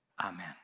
Amen